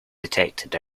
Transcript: detected